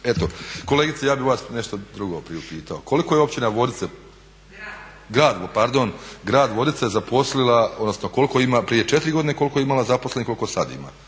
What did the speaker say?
Eto kolegice ja bih vas nešto drugo priupitao. Koliko je općina Vodice, grad pardon grad Vodice zaposlila, odnosno koliko ima prije četiri godine koliko je imala zaposlenih, koliko sad ima.